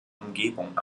umgebung